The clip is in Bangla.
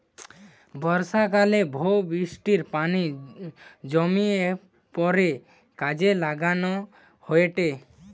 বর্ষাকালে জো বৃষ্টির পানি জমিয়ে পরে কাজে লাগানো হয়েটে